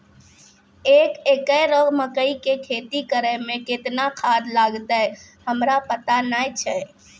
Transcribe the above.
एक एकरऽ मकई के खेती करै मे केतना खाद लागतै हमरा पता नैय छै?